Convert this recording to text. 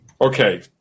Okay